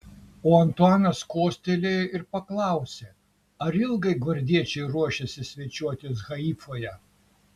o antuanas kostelėjo ir paklausė ar ilgai gvardiečiai ruošiasi svečiuotis haifoje